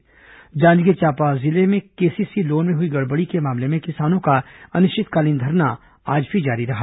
जांजगीर चांपा जिले में KCC loan में हुई गड़बड़ी के मामले में किसानों का अनिश्चितकालीन धरना आज भी जारी रहा